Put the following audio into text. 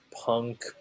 punk